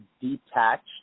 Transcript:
detached